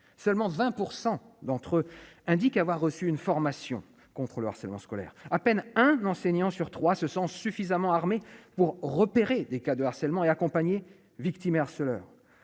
seulement 20 % d'entre eux, indique avoir reçu une formation contre le harcèlement scolaire à peine, un enseignant sur 3 se sent suffisamment armés pour repérer des cas de harcèlement et victimaire cela or le harcèlement